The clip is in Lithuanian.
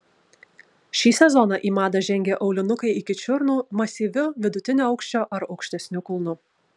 šį sezoną į madą žengė aulinukai iki čiurnų masyviu vidutinio aukščio ar aukštesniu kulnu